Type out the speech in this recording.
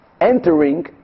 entering